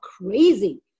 crazy